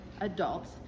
adults